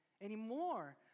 anymore